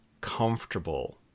comfortable